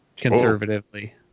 conservatively